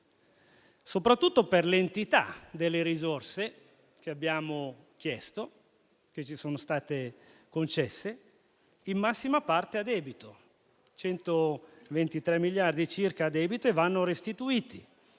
soprattutto per l'entità delle risorse che abbiamo chiesto, che ci sono state concesse in massima parte a debito (123 miliardi circa) e vanno restituite.